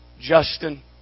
Justin